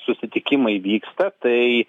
susitikimai vyksta tai